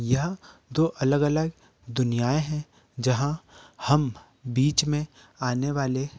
यह तो अलग अलग दुनियाएं है जहाँ हम बीच में आने वाले